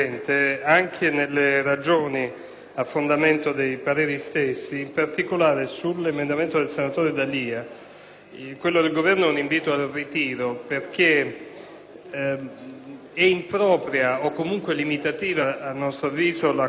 dell'emendamento del senatore D'Alia, perché è impropria o comunque limitativa, a nostro avviso, la collocazione di questa norma nella legge sul terrorismo in quanto, lo spiegava prima molto bene il presidente Vizzini,